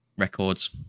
records